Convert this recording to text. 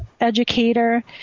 educator